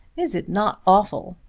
is it not awful?